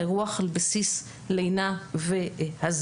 האירוח על בסיס לינה והזנה,